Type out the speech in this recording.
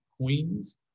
Queens